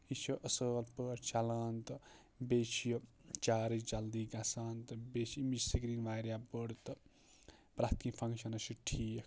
یہِ چھُ اَصٕل پٲٹھۍ چلان تہٕ بیٚیہِ چھُ یہِ چارٕج جلدی گژھان تہٕ بیٚیہِ چھِ اَمِچ سِکریٖن واریاہ بٔڈ تہٕ پرٛتھ کیٚنٛہہ فَنٛگشَنَس چھُ ٹھیٖک